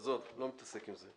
עזוב, אני לא מתעסק עם זה.